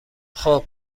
خوب